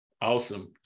Awesome